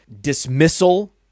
dismissal